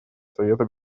совета